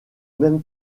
même